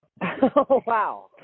Wow